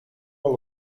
allo